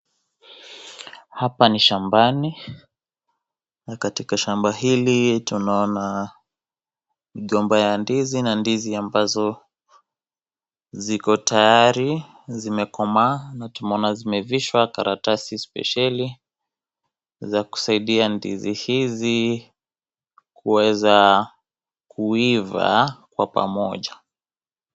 Hapa ni shambani, na katika shamba hili tonana mgomba ya ndizi na ndizi ambazo ziko tayari, zimekomaa na tumeona zimevishwa karatasi spesheli. Za kusaidia ndizi hizi kuweza kuiva kwapamoja.